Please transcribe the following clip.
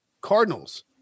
Cardinals